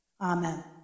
Amen